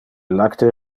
lacte